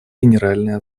генеральной